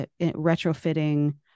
retrofitting